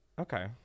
Okay